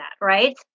right